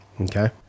Okay